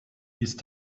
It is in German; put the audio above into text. ist